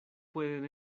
pueden